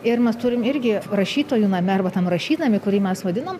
ir mes turim irgi rašytojų name arba tam rašytnamy kurį mes vadinam